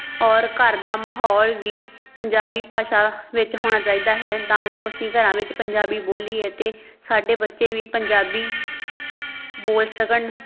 ਔਰ ਘਰ ਦਾ ਮਾਹੌਲ ਵੀ ਪੰਜਾਬੀ ਭਾਸ਼ਾ ਵਿੱਚ ਹੋਣਾ ਚਾਹੀਦਾ ਹੈ ਤਾਂ ਜੋ ਅਸੀਂ ਘਰਾਂ ਵਿੱਚ ਪੰਜਾਬੀ ਬੋਲੀਏ ਅਤੇ ਸਾਡੇ ਬੱਚੇ ਵੀ ਪੰਜਾਬੀ ਬੋਲ ਸਕਣ